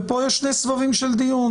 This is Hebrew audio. ופה יש שני סבבים של דיון,